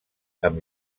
amb